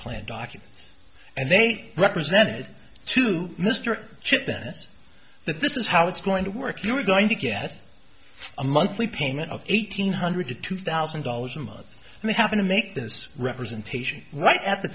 plan documents and they represented to mr chip then that this is how it's going to work you are going to get a monthly payment of eight hundred to two thousand dollars a month and i happen to make this representation right at the